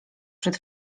przed